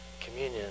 communion